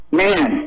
man